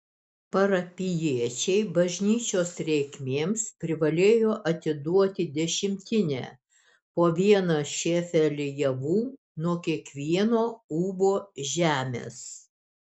parapijiečiai bažnyčios reikmėms privalėjo atiduoti dešimtinę po vieną šėfelį javų nuo kiekvieno ūbo žemės